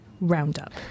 roundup